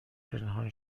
پنهان